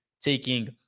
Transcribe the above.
taking